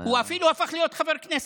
הוא אפילו הפך להיות חבר כנסת,